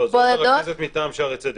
לא, זו הרכזת מטעם שערי צדק.